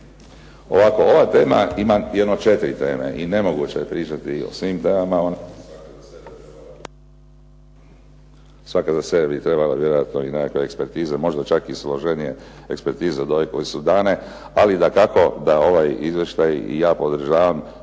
Ovako, ova tema ima jedno četiri teme i nemoguće je pričati o svim temama. .../Upadica se ne čuje./... Svaka za sebe bi trebala vjerojatno i nekakve ekspertize, možda čak i složenije ekspertize od ovih koje su dane ali dakako da ovaj izvještaj i ja podržavam